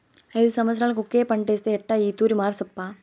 ఐదు సంవత్సరాలుగా ఒకే పంటేస్తే ఎట్టా ఈ తూరి మార్సప్పా